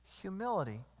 Humility